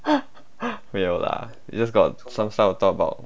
没有啦 just got some stuff to talk about